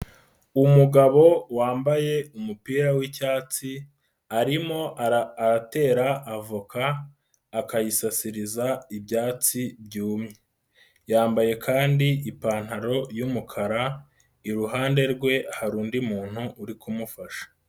Umugabo wambaye umupira w'icyatsi arimo aratera avoka akayisasiriza ibyatsi byumye, yambaye kandi ipantaro y'umukara iruhande rwe hari undi muntu uri kumufasha.